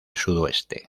sudoeste